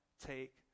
take